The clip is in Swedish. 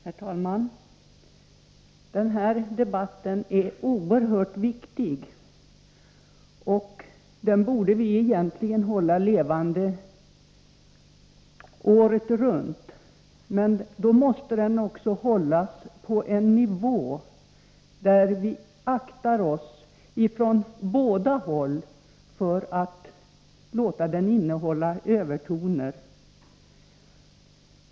Herr talman! Den här debatten är oerhört viktig, och den borde vi egentligen hålla levande året runt. Då måste den emellertid hållas på en nivå där vi från båda håll aktar oss för att låta den innehålla övertoner.